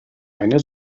eine